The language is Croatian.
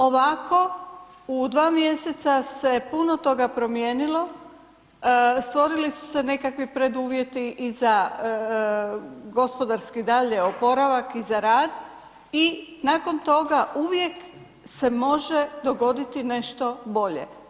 Ovako u 2 mjeseca se puno toga promijenilo, stvorili su se nekakvi preduvjeti i za gospodarski dalje oporavak i za rad i nakon toga uvijek se može dogoditi nešto bolje.